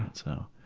and so.